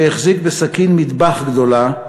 שהחזיק בסכין מטבח גדולה,